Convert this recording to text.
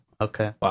Okay